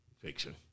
Fiction